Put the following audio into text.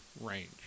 range